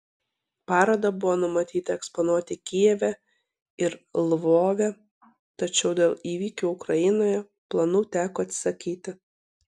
parodą buvo numatyta eksponuoti kijeve ir lvove tačiau dėl įvykių ukrainoje planų teko atsisakyti